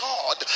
God